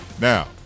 Now